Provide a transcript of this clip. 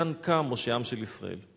מכאן קם מושיעם של ישראל.